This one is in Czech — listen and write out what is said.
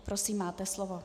Prosím, máte slovo.